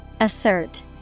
Assert